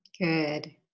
Good